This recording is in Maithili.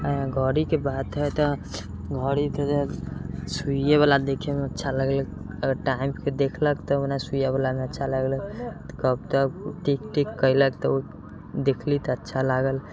घड़ीके बात हइ तऽ घड़ीके लेल सुइएवला देखैमे अच्छा लगलक अगर टाइमके देखलक तऽ ओना सुइआवलामे अच्छा लगलक तब टिक टिक कएलक तऽ ओ देखली तऽ अच्छा लागल